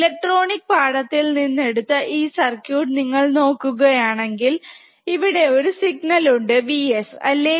electronic പാഠത്തിൽ നിന്ന് എടുത്ത ഈ സർക്യൂട്ട് നിങ്ങൾ നോക്കുക ആണെങ്കിൽ ഇവിടെ ഒരു സിഗ്നൽ ഉണ്ട് Vs അല്ലെ